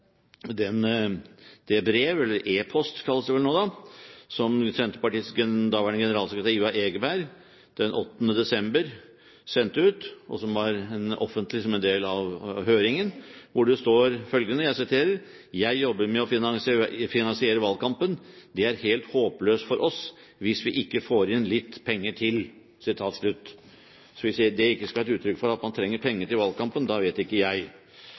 den 8. desember 2008 sendte ut, og som ble offentlig som en del av høringen, hvor det står følgende: «Jeg jobber med å finansiere valgkampen. Det er helt håpløst for oss hvis vi ikke får inn litt penger til.» Så hvis ikke det skal være uttrykk for at man trenger penger til valgkampen, vet ikke jeg!